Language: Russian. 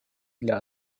для